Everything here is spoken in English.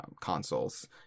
consoles